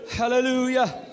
Hallelujah